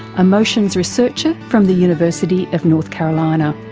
emotions researcher from the university of north carolina.